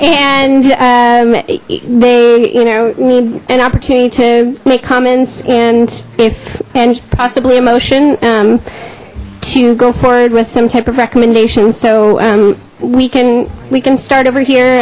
and they you know need an opportunity to make comments and if and possibly a motion to go forward with some type of recommendations so we can we can start over here